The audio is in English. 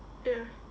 ya